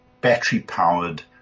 battery-powered